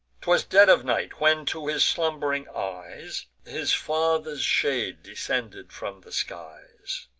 t was dead of night when to his slumb'ring eyes his father's shade descended from the skies,